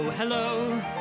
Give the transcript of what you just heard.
Hello